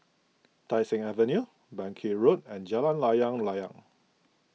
Tai Seng Avenue Bangkit Road and Jalan Layang Layang